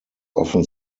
often